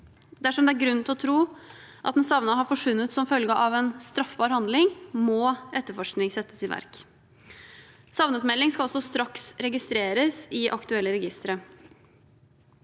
Dersom det er grunn til å tro at en savnet har forsvunnet som følge av en straffbar handling, må etterforskning settes i verk. Savnetmelding skal også straks registreres i aktuelle registre.